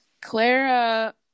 Clara